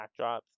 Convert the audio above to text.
backdrops